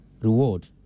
reward